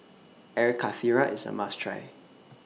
Air Karthira IS A must Try